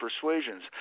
persuasions